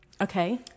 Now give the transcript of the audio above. Okay